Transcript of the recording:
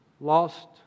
lost